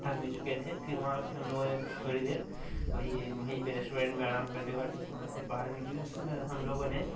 تھک بھی چکے تھے پھر وہاں پہ ہم لوگوں نے تھوڑی دیر وہی وہیں پہ ریسٹورینٹ میں آرام کرنے کے بعد پھر وہاں سے باہر نکلے اور پھر ہم لوگوں نے